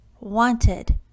Wanted